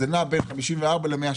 אז זה נע בין 54 ל-161.